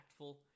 impactful